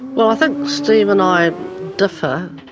well i think steve and i differ.